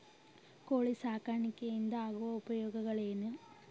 ಕೋಳಿ ಸಾಕಾಣಿಕೆಯಿಂದ ಆಗುವ ಉಪಯೋಗಗಳೇನು?